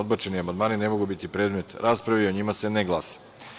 Odbačeni amandmani ne mogu biti predmet rasprave i o njima se ne glasa.